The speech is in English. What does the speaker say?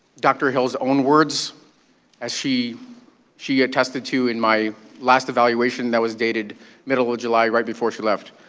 dr. hill's own words as she she attested to in my last evaluation that was dated middle of july, right before she left.